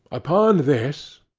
upon this,